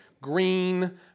green